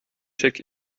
check